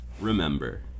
Remember